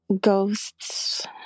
ghosts